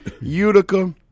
Utica